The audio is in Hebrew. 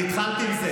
אני התחלתי עם זה.